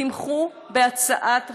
תמכו בהצעת החוק.